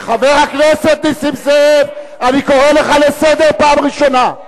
חבר הכנסת נסים זאב, אני קורא לך לסדר פעם ראשונה.